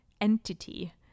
entity